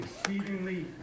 exceedingly